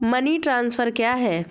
Money transfer क्या है?